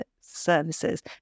services